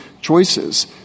choices